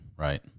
Right